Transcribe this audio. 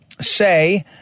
say